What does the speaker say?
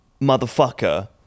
motherfucker